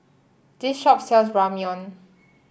this shop sells Ramyeon